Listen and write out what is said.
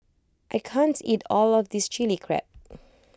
I can't eat all of this Chili Crab